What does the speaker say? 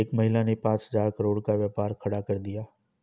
एक महिला ने पांच हजार करोड़ का व्यापार खड़ा कर दिया